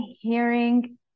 hearing